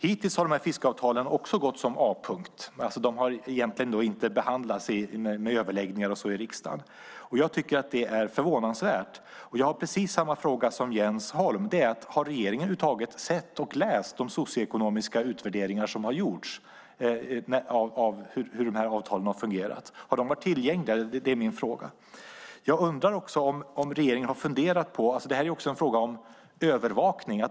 Hittills har de här fiskeavtalen varit A-punkter, de har egentligen inte behandlats i överläggningar i riksdagen. Jag tycker att det är förvånansvärt. Jag har precis samma fråga som Jens Holm: Har regeringen över huvud taget sett och läst de socioekonomiska utvärderingar som har gjorts av hur avtalen har fungerat? Har det varit tillgängliga? Det är även en fråga om övervakning.